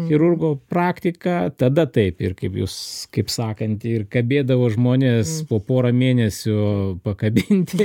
chirurgo praktiką tada taip ir kaip jūs kaip sakanti ir kabėdavo žmonės po porą mėnesių pakabinti